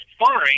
fine